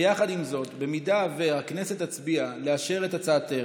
יחד עם זאת, אם הכנסת תצביע לאשר את הצעתך,